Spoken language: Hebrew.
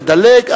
לדלג,